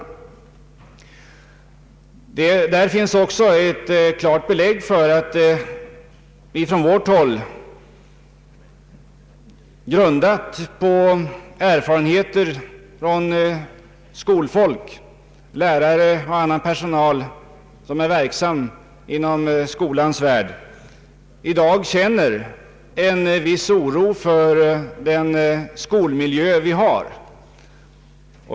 I dessa finns också ett klart belägg för att vi, på grund av erfarenheter från lärare och annan personal som är verksam inom skolans värld, i dag känner en viss oro för den skolmiljö vi har.